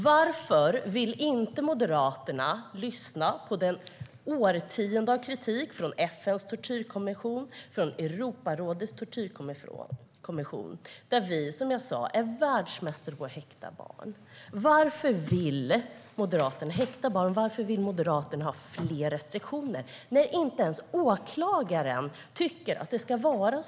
Varför vill Moderaterna inte lyssna på årtionden av kritik från FN:s tortyrkommission och Europarådets tortyrkommission, om att vi, som jag sa, är världsmästare på att häkta barn? Varför vill Moderaterna ha fler restriktioner när inte ens åklagaren vill det?